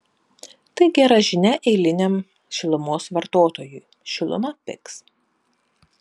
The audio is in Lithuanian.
tai gera žinia eiliniam šilumos vartotojui šiluma pigs